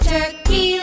Turkey